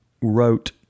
wrote